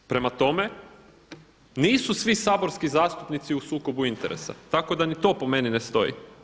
Prema tome, nisu svi saborski zastupnici u sukobu interesa, tako da ni to po meni ne stoji.